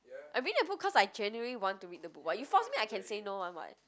I reading the book cause I genuinely want to read the book [what] you force me I can say no one [what]